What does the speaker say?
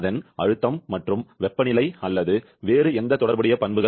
அதன் அழுத்தம் மற்றும் வெப்பநிலை அல்லது வேறு எந்த தொடர்புடைய பண்புகள்